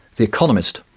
the economist,